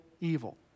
evil